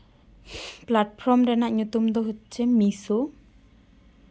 platform ᱨᱮᱭᱟᱜ ᱧᱩᱛᱩᱢ ᱫᱚ ᱦᱚᱪᱪᱷᱮ ᱢᱤᱥᱳ